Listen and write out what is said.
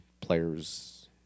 players